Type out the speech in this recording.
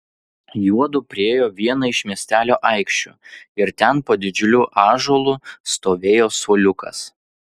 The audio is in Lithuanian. juodu priėjo vieną iš miestelio aikščių ir ten po didžiuliu ąžuolu stovėjo suoliukas